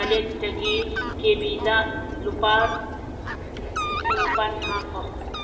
ꯑꯩꯒꯤ ꯐ꯭ꯔꯤꯆꯥꯔꯖ ꯑꯦꯞꯀꯤ ꯋꯥꯂꯦꯠꯇꯒꯤ ꯀꯦꯕꯤꯗ ꯂꯨꯄꯥ ꯂꯤꯁꯤꯡ ꯅꯤꯄꯥꯟ ꯊꯥꯈꯣ